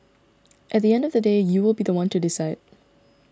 at the end of the day you will be the one to decide